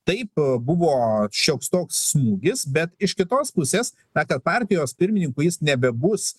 taip buvo šioks toks smūgis bet iš kitos pusės na kad partijos pirmininku jis nebebus